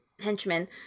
henchmen